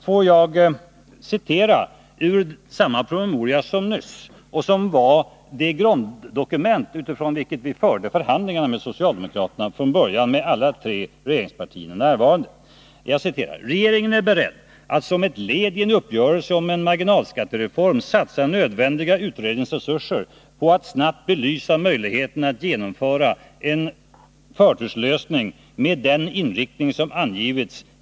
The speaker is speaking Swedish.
Får jag citera ur samma promemoria som nyss; den var det grunddokument utifrån vilket vi förde förhandlingarna med socialdemokraterna, från början med alla tre regeringspartierna närvarande: ”Regeringen är beredd att som ett led i en uppgörelse om en marginalskattereform satsa nödvändiga utredningsresurser på att snabbt belysa möjligheterna att genomföra en förturslösning med den inriktning som angivits.